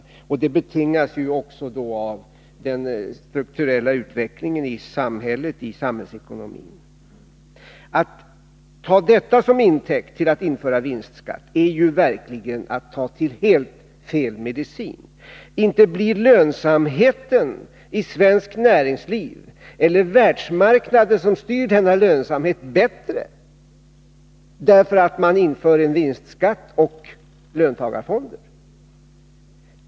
Och det betingas också av den strukturella utvecklingen i samhällsekonomin. Att ta detta som intäkt för att införa vinstskatt är verkligen att ta till helt fel medicin. Inte blir lönsamheten i svenskt näringsliv — eller världsmarknaden, som styr denna lönsamhet — bättre därför att vi inför vinstskatt och löntagarfonder!